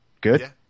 Good